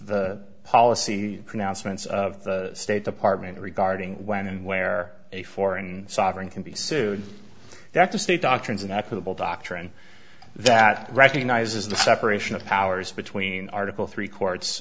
the policy pronouncements of the state department regarding when and where a foreign sovereign can be sued that the state doctrines an equitable doctrine that recognizes the separation of powers between article three courts